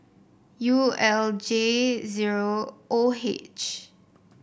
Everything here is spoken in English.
U L J zero O H